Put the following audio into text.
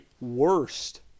worst